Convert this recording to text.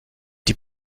die